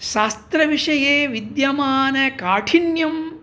शास्त्रविषये विद्यमानकाठिन्यम्